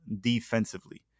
defensively